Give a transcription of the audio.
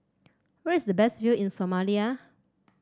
where is the best view in Somalia